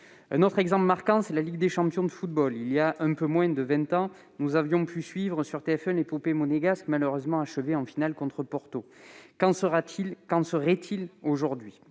un autre exemple marquant, celui de la Ligue des champions de football. Il y a un peu moins de vingt ans, nous avons pu suivre sur TF1 l'épopée monégasque malheureusement achevée en finale contre Porto. Qu'en serait-il aujourd'hui ?